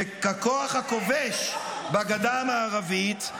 ככוח הכובש בגדה המערבית,